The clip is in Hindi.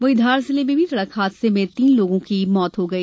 वहीं धार जिले में भी सड़क हादसे में तीन लोगों की मौत हो गई